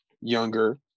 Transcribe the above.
younger